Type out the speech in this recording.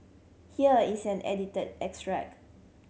here is an edited extract